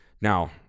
Now